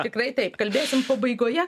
tikrai taip kalbėsim pabaigoje